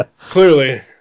clearly